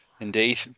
Indeed